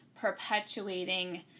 perpetuating